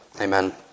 Amen